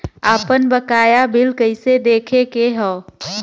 आपन बकाया बिल कइसे देखे के हौ?